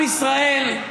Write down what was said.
עם ישראל,